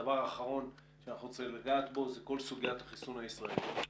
הדבר האחרון שאנחנו צריכים לגעת בו זו סוגית החיסון הישראלי.